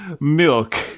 milk